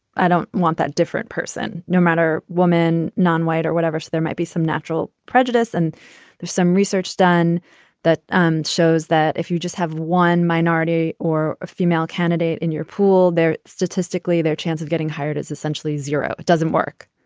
i don't want that different person, no matter woman, nonwhite or whatever. so there might be some natural prejudice and there's some research done that um shows that if you just have one minority or a female candidate in your pool, they're statistically their chance of getting hired as essentially zero. it doesn't work.